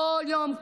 כל יום,